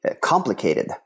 complicated